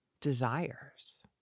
desires